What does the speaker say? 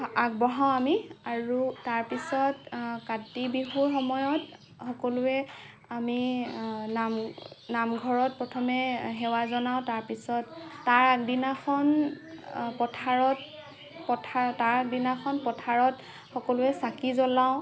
আগবঢ়াওঁ আমি আৰু তাৰ পিছত কাতি বিহুৰ সময়ত সকলোৱে আমি নাম নামঘৰত প্ৰথমে সেৱা জনাওঁ তাৰ পিছত তাৰ আগদিনাখন পথাৰত পথাৰ তাৰ আগদিনাখন পথাৰত সকলোৱে চাকি জ্বলাওঁ